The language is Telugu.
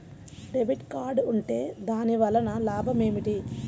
డెబిట్ కార్డ్ ఉంటే దాని వలన లాభం ఏమిటీ?